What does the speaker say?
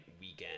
weekend